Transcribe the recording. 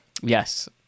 Yes